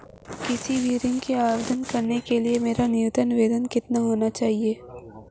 किसी भी ऋण के आवेदन करने के लिए मेरा न्यूनतम वेतन कितना होना चाहिए?